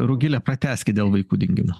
rugile pratęskit dėl vaikų dingimo